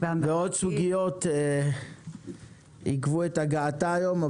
ועוד סוגיות עיכבו את הגעתה היום.